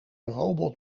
robot